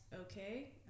okay